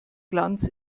glanz